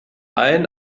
allen